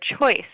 choice